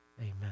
Amen